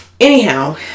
Anyhow